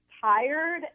tired